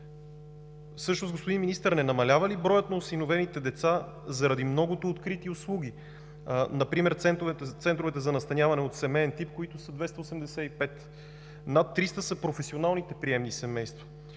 Всъщност, господин Министър, не намалява ли броят на осиновените деца заради многото открити услуги? Например центровете за настаняване от семеен тип са 285, над 300 са професионалните приемни семейства.